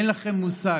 אין לכם מושג.